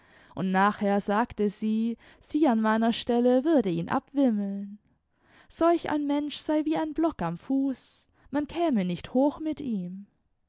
und nachher sagte sie sie an meiner stelle würde ihn abwimmeln solch ein mensch sei wie ein block am fuß man käme nicht hoch mit ihm